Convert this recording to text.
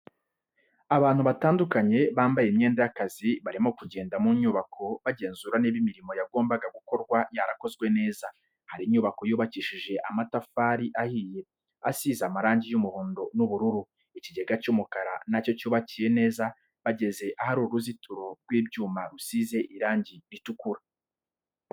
Abantu batandukanye bambaye imyenda y'akazi barimo kugenda mu nyubako bagenzura niba imirimo yagombaga gukorwa yarakozwe neza, hari inyubako yubakishije amatafari ahiye isize amarangi y'umuhondo n'ubururu, ikigega cy'umukara nacyo cyubakiye neza, bageze ahari uruzitiro rw'ibyuma rusize irangi ritukura.